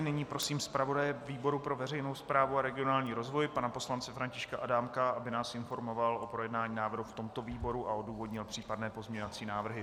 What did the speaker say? Nyní prosím zpravodaje výboru pro veřejnou správu a regionální rozvoj pana poslance Františka Adámka, aby nás informoval o projednání návrhu v tomto výboru a odůvodnil případné pozměňovací návrhy.